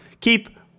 Keep